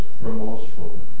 remorseful